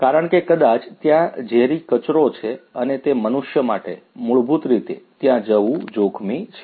કારણ કે કદાચ ત્યાં ઝેરી કચરો છે અને તે મનુષ્ય માટે મૂળભૂત રીતે ત્યાં જવું જોખમી છે